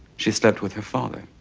she slept with her father.